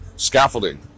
scaffolding